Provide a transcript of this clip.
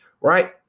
right